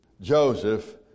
Joseph